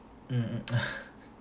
mm mm